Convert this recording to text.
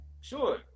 sure